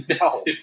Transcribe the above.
No